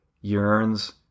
yearns